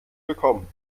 bekommen